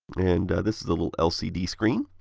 and this is the little lcd screen.